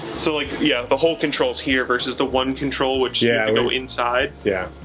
so like yeah the whole controls here versus the one control which yeah go inside, yeah.